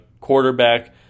quarterback